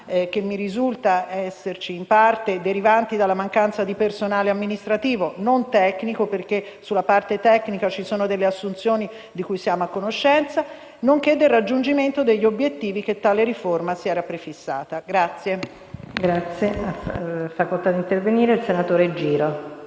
(che mi risultano in parte esserci) derivanti dalla mancanza di personale amministrativo non tecnico (perché sulla parte tecnica vi sono state delle assunzioni, di cui sono a conoscenza), nonché del raggiungimento degli obiettivi che tale riforma si era prefissata.